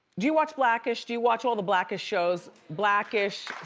do you watch black-ish? do you watch all the black-ish shows? black-ish,